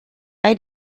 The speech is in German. bei